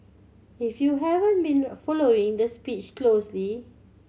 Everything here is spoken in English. if you haven't been a following the speech closely